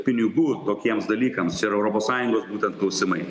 pinigų tokiems dalykams čia yra europos sąjungos būtent klausimai